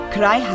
Cry